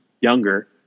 younger